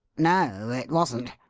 no, it wasn't.